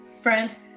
Friends